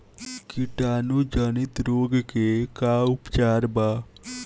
कीटाणु जनित रोग के का उपचार बा?